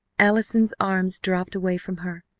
allison's arms dropped away from her,